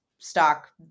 Stock